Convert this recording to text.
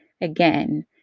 again